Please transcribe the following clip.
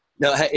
No